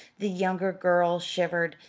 the younger girl shivered,